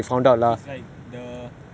important person there lah or [what]